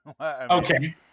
Okay